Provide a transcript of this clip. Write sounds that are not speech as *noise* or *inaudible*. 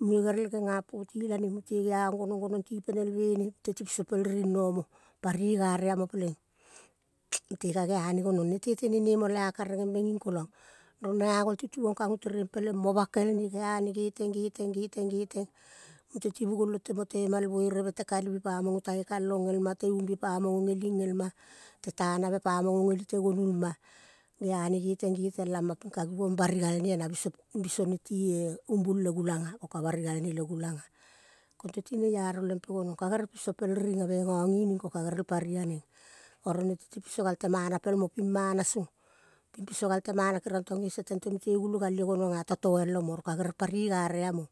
Munge gerel genga poti lane. Mute geong gonong gonong ti penelve ne. Mute ti biso pel riring nomo pari gare amo peleng *noise* mute ka geane gonong. Nete tene nemo le a karegembe nging kolang. Rong na agol tutuong kango tereng peleng mo bakel ne gea ne geteng, geteng, geteng, geteng mute ti bugol ote motema el ereve. Te kalivi pamang ngo tange kalong elma, te umbie pamang ngo ngeling elma, te tanave ngo pamang ngo ngeli te gonuvulma. Ti geane geteng geteng lamang ping ka givong bari galnea na biso, biso ne tie umbul le gulanga ko ka bari galne le gulanga. Konteti neiaro lempe gonong. Ka gerel piso pel ririave ngangining ko ga gerel pari aneng. Oro neteti piso gal te mana pelmo pimana song ping piso gal temana kerong tong esa tente mute gulo gal io gononga ta toial omo. Oro ka gerel pari igare amo.